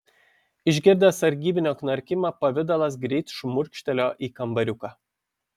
išgirdęs sargybinio knarkimą pavidalas greit šmurkštelėjo į kambariuką